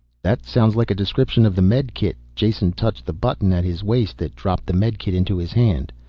that sounds like a description of the medikit. jason touched the button at his waist that dropped the medikit into his hand.